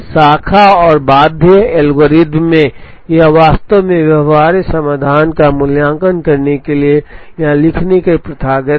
शाखा और बाध्य एल्गोरिथ्म में यह वास्तव में व्यवहार्य समाधान का मूल्यांकन करने के लिए यहां लिखने के लिए प्रथागत है